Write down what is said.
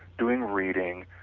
doing reading,